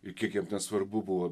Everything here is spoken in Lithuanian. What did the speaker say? ir kiek jiem ten svarbu buvo